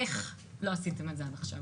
איך לא עשיתם את זה עד עכשיו?